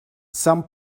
some